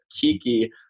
Kiki